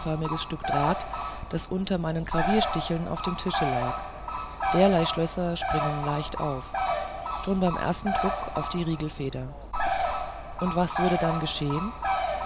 stück draht das unter meinen graviersticheln auf dem tische lag derlei schlösser springen leicht auf schon beim ersten druck auf die riegelfeder und was würde dann geschehen